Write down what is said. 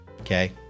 Okay